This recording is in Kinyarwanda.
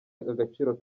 agaciro